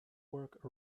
work